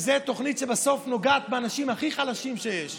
תוכנית שבסוף נוגעת באנשים הכי חלשים שיש,